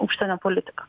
užsienio politiką